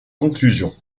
conclusion